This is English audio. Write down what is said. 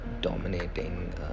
dominating